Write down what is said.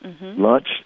lunch